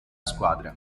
squadre